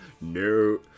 No